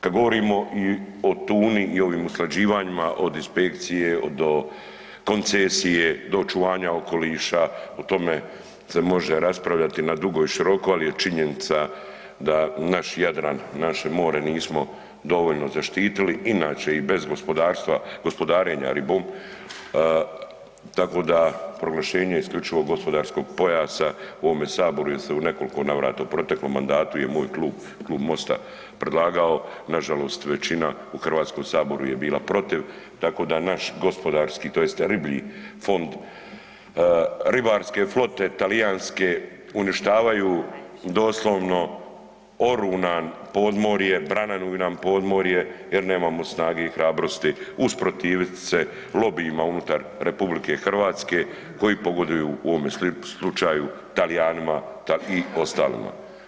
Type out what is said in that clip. Kad govorimo i o tuni i ovim usklađivanja od inspekcije do koncesije, do očuvanja okoliša o tome se može raspravljati na dugo i široko ali je činjenica da naš Jadran, naše more nismo dovoljno zaštitili inače i bez gospodarstva, gospodarenja ribom tako da proglašenje isključivog gospodarskog pojasa u ovome saboru je se u nekoliko navrata u proteklom mandatu je moj klub, Klub MOST-a predlagao, nažalost većina u Hrvatskom saboru je bila protiv, tako da naš gospodarski tj. riblji fond, ribarske flote talijanske uništavaju doslovno oru nam podmorje, brananu nam podmorje jer nemamo snage i hrabrosti usprotiviti se lobijima unutar RH koji pogoduju o ovome slučaju Talijanima i ostalima.